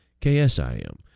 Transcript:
KSIM